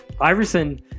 Iverson